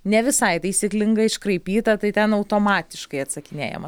ne visai taisyklinga iškraipyta tai ten automatiškai atsakinėjama